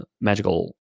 magical